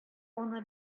аны